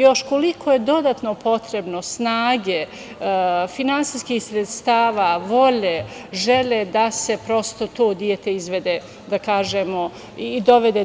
Još koliko je dodatno potrebno snage, finansijskih sredstava, volje, želje da se to dete izvede i dovede, da kažemo,